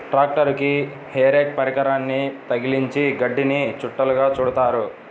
ట్రాక్టరుకి hay rake పరికరాన్ని తగిలించి గడ్డిని చుట్టలుగా చుడుతారు